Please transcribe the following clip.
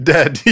Dead